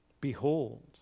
Behold